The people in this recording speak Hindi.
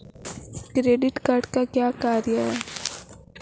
क्रेडिट कार्ड का क्या कार्य है?